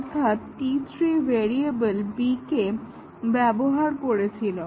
অর্থাৎ T3 variable b কে ব্যবহার করছিল